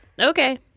Okay